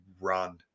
run